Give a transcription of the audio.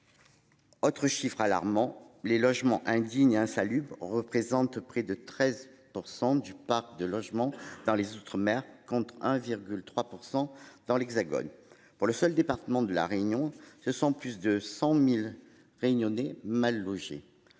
Autre chiffre alarmant les logements indignes insalubres représente près de 13% du parc de logement dans les outre-mer contre 1,3% dans l'Hexagone pour le seul département de la Réunion. Ce sont plus de 100.000 Réunionnais mal logés.